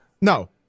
No